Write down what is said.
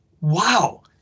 wow